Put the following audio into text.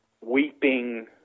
weeping